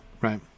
right